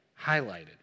highlighted